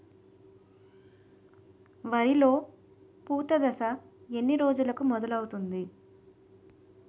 వరిలో పూత దశ ఎన్ని రోజులకు మొదలవుతుంది?